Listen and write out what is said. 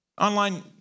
Online